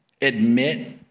Admit